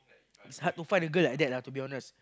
it's hard to find a girl like that lah to be honest